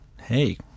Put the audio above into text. hey